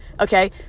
okay